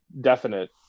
definite